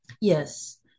Yes